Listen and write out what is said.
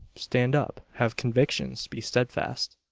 stand up, have convictions, be steadfast.